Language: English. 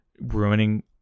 ruining